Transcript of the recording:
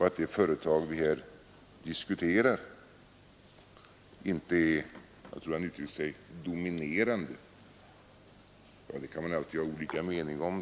Att det företag vi här diskuterar inte är dominerande — jag tror han uttryckte sig så — kan man alltid ha olika meningar om.